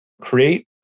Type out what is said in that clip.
create